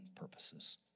purposes